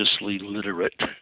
literate